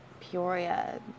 Peoria